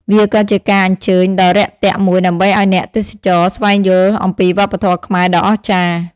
វាក៏ជាការអញ្ជើញដ៏រាក់ទាក់មួយដើម្បីឲ្យអ្នកទេសចរស្វែងយល់អំពីវប្បធម៌ខ្មែរដ៏អស្ចារ្យ។